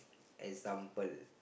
example